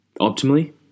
optimally